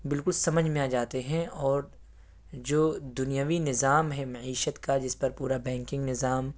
بالکل سمجھ میں آ جاتے ہیں اور جو دنیوی نظام ہے معیشت کا جس پر پورا بیکنگ نظام